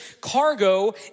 cargo